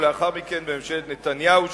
ולאחר מכן בממשלת נתניהו,